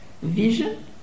Vision